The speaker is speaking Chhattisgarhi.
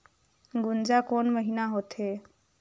गुनजा कोन महीना होथे?